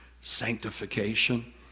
sanctification